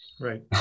Right